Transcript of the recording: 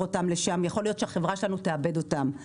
אותם לשם יכול להיות שהחברה שלנו תאבד אותם.